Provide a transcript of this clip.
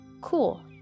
cool